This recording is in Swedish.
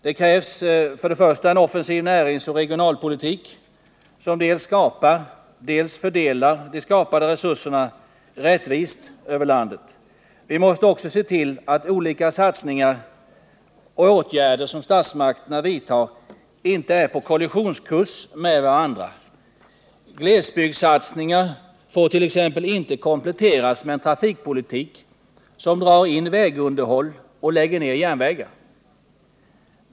Det krävs först och främst en offensiv näringsoch regionalpolitik, som dels skapar resurser, dels fördelar de skapade resurserna rättvist över landet. Vi måste också se till, att de olika satsningar och åtgärder som statsmakterna vidtar inte är på kollisionskurs mot varandra. Glesbygdssatsningar får t.ex. inte kompletteras med en trafikpolitik som drar in vägunderhåll och lägger ned järnvägar.